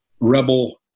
Rebel